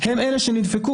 הם אלה שנדפקו.